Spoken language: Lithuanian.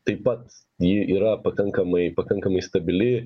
tai pat ji yra pakankamai pakankamai stabili